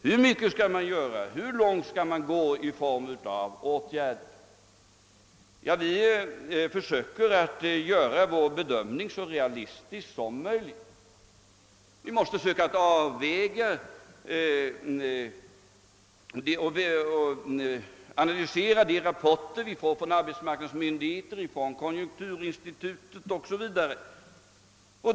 Hur mycket skall man göra, hur långt skall man gå när det gäller att vidta åtgärder? Vi försöker att göra vår bedömning så realistisk som möjligt och att avväga och analysera de rapporter vi får från arbetsmarknadsmyndigheter, från konjunkturinstitutet o.s.v.